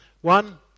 One